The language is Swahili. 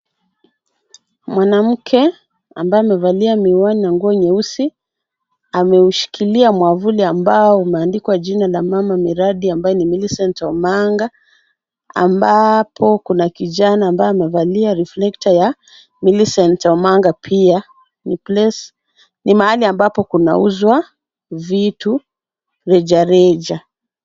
Mwanamke ambaye amevalia miwani na nguo nyeusi ameushikila mwavuli ambao umeandikwa jina la mama miradi ambaye ni Millicent Omanga ambapo kuna kijana ambaye amevalia reflector ya Millicent Omanga pia. Ni place ni mahali ambapo kunauzwa vitu rejareja.